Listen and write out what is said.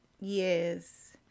yes